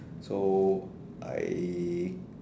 so I